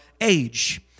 age